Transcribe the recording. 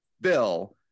Bill